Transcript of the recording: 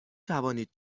توانید